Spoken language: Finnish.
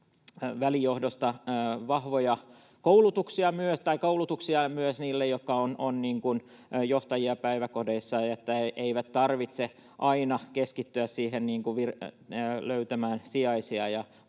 välijohdosta koulutuksia myös niille, jotka ovat johtajia päiväkodeissa, että heidän ei tarvitse aina keskittyä löytämään sijaisia ja